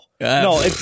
No